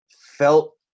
felt